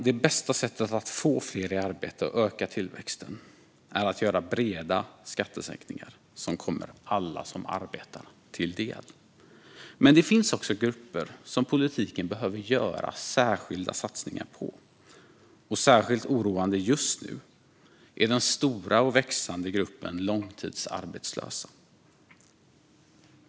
Det bästa sättet att få fler i arbete och öka tillväxten är att göra breda skattesänkningar som kommer alla som arbetar till del. Men det finns också grupper som politiken behöver göra särskilda satsningar på. Särskilt oroande just nu är den stora och växande gruppen långtidsarbetslösa.